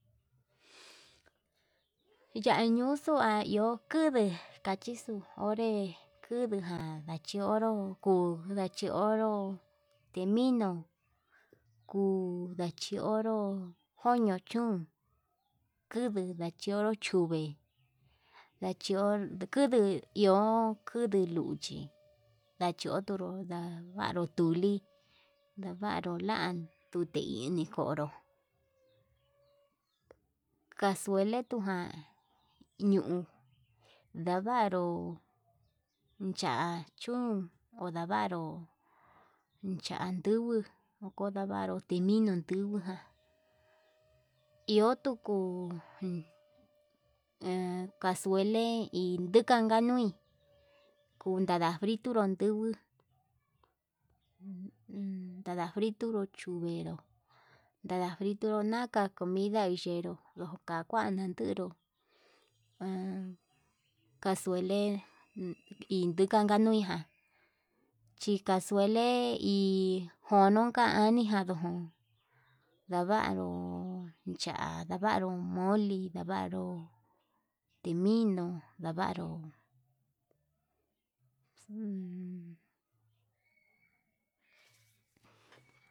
Yañuxua yaño kuduu kachixon onré kuduján chionro kuu ndachionro, eminu kuu ndachionro joño chún kundu ndachioro chuva ndachio kuduu iho kuduu luchi, ndachiotunró ndavanru tuli lavanru lan tute ini kionró casuele tuján ñiun, ndavaru cha'a chun ondavaru cha'a nduguu ondavaru timinun tunguján iho tuku en casuele iindukanka nui, kundada fritunru nduguu un un nada fritoro chuvenró nda fritonro naka comida nuyeró nduu kanjuan ndandero, kuan casuele iin ndukanka nuiján chi casuele hi jonokan ndidan o'on ndavru cha'a ndavaru moli ndavaru timinu ndavaru.